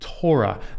Torah